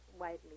widely